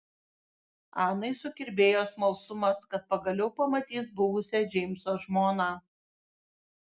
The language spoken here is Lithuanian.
anai sukirbėjo smalsumas kad pagaliau pamatys buvusią džeimso žmoną